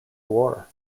war